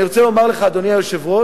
אני רוצה לומר לך, אדוני היושב-ראש,